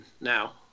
now